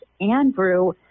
Andrew